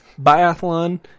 Biathlon